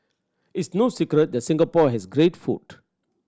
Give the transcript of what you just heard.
it's no secret that Singapore has great food